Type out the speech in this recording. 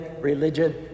religion